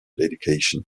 education